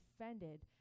offended